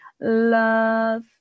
love